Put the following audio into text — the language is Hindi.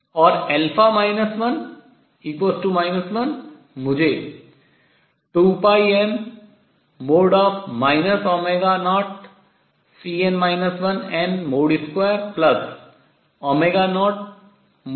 और 1 मुझे 2πm 0Cn 1n